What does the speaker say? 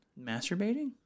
masturbating